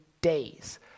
days